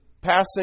passing